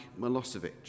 Milosevic